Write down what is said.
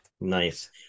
Nice